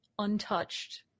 untouched